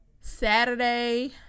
Saturday